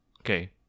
Okay